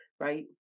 right